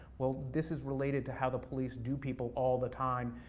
well, this is related to how the police do people all the time.